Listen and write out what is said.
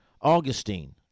Augustine